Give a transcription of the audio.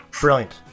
Brilliant